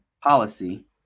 policy